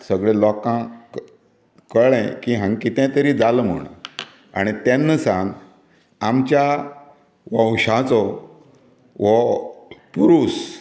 सगले लोकांक कळ्ळें की हांगां कितेंय तरी जाला म्हूण आनी तेन्ना सावन आमच्या वंशाचो वो पुरूस